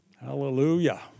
Hallelujah